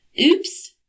Oops